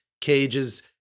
Cage's